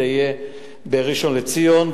זה יהיה בראשון-לציון,